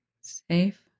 safe